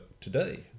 today